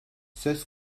söz